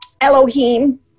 Elohim